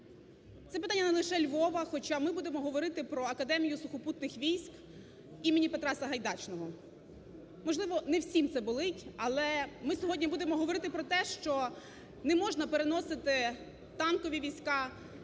Це питання не лише Львова, хоча ми будемо говорити про Академію сухопутних військ імені Петра Сагайдачного. Можливо, не всім це болить, але ми сьогодні будемо говорити про те, що не можна переносити танкові війська